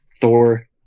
thor